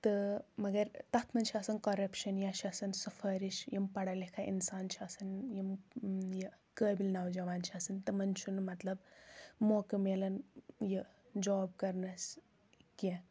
تٕہ مگَر تَتھ منز چھ آسان کوٚرپشَن یا چھُ آسان سِفٲرِش یِم پَڑا لِکھا چھ آسان یِم یہِ قٲبِل نَوجَوان چھ آسان تِمَن چھُ نہٕ مطلب موقع مِلان یہِ جاب کَرنس کیٚنٛہہ